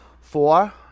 Four